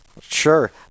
Sure